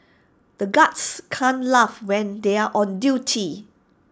the guards can't laugh when they are on duty